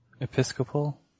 Episcopal